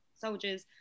soldiers